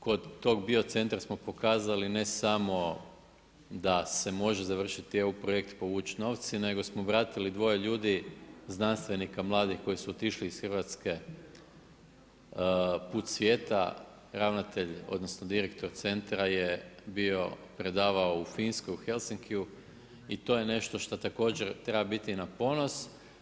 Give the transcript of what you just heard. Kod tog biocentra smo pokazali ne samo da se može završiti EU projekt i povući novci nego smo vratili dvoje ljudi, znanstvenika mladih koji su otišli iz Hrvatske put svijeta, ravnatelj, odnosno direktor centra je bio predavao u Finskoj u Helsinkiju i to je nešto što također treba biti i na ponos.